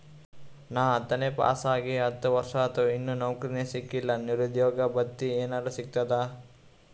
ನಾ ಹತ್ತನೇ ಪಾಸ್ ಆಗಿ ಹತ್ತ ವರ್ಸಾತು, ಇನ್ನಾ ನೌಕ್ರಿನೆ ಸಿಕಿಲ್ಲ, ನಿರುದ್ಯೋಗ ಭತ್ತಿ ಎನೆರೆ ಸಿಗ್ತದಾ?